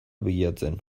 bilatzen